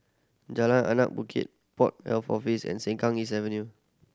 Jalan Anak Bukit Port Health Office and Sengkang East Avenue